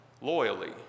loyally